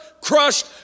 crushed